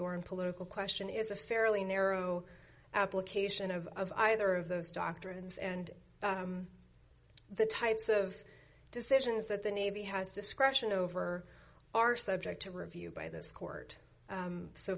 or in political question is a fairly narrow application of either of those doctrines and the types of decisions that the navy has discretion over are subject to review by this court